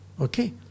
okay